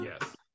Yes